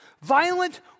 Violent